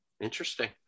interesting